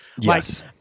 Yes